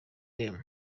them